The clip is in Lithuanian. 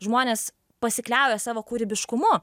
žmonės pasikliauja savo kūrybiškumu